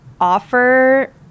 offer